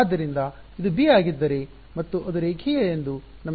ಆದ್ದರಿಂದ ಇದು ಬಿ ಆಗಿದ್ದರೆ ಮತ್ತು ಅದು ರೇಖೀಯ ಎಂದು ನಮಗೆ ತಿಳಿದಿದೆ ಸರಿ